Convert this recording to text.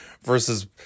versus